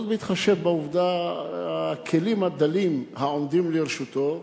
בהתחשב בכלים הדלים העומדים לרשותו.